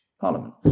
Parliament